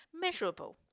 Measurable